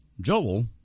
Joel